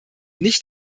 nicht